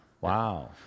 Wow